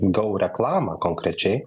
go reklamą konkrečiai